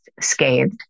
scathed